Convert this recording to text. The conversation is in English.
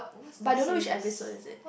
but I don't know which episode is it